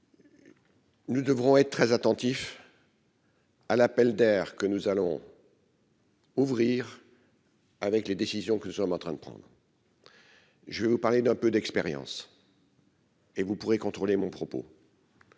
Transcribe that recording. Nous devrons être très attentif. à l'appel d'air que nous allons. Ouvrir. Avec les décisions que nous sommes en train de prendre. Je vais vous parler d'un peu d'expérience. Et vous pourrez contrôler mon propos.